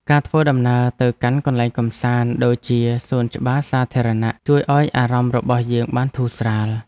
ការធ្វើដំណើរទៅកាន់កន្លែងកម្សាន្តដូចជាសួនច្បារសាធារណៈជួយឱ្យអារម្មណ៍របស់យើងបានធូរស្រាល។